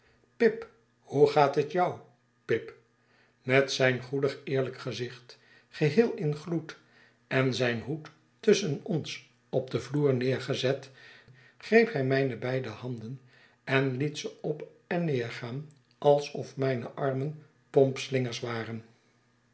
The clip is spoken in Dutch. pip hoe gaat het jou pip met zijn goedig eerlijk gezicht geheel in gloed en zijn hoed tusschen ons op den vloer neergezet greep hij mijne beide handen en liet ze op en neergaan alsof mijne armen pompslingers waren